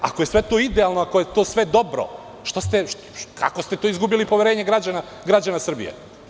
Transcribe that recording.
Ako je sve to idealno, sve dobro, kako ste to izgubili poverenje građana Srbije?